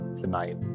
tonight